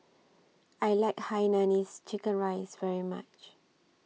I like Hainanese Chicken Rice very much